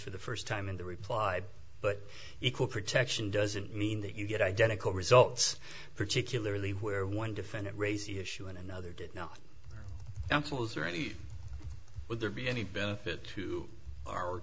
for the first time in the replied but equal protection doesn't mean that you get identical results particularly where one defendant raises the issue and another did not employ as or any would there be any benefit to our